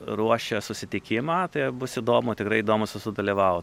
ruošia susitikimą tai bus įdomu tikrai įdomu sudalyvaut